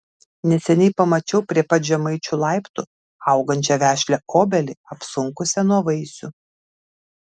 neseniai pamačiau prie pat žemaičių laiptų augančią vešlią obelį apsunkusią nuo vaisių